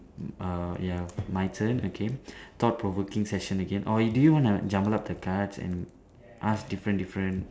err ya my turn okay thought provoking session again or do you wanna jumble up the cards and ask different different